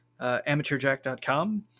AmateurJack.com